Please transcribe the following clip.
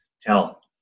tell